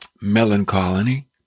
melancholy